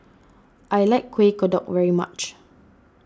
I like Kueh Kodok very much